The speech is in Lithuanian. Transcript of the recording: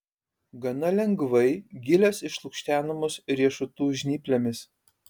gana lengvai gilės išlukštenamos riešutų žnyplėmis